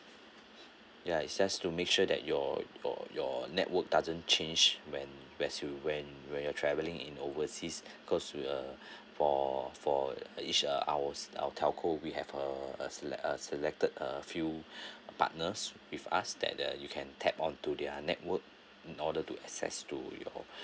ya is just to make sure that your your your network doesn't change when where's you when when you're traveling in overseas cause with uh for for at each of ours our telco we have a a selected a few partners with us that uh you can tap onto their network in order to access to your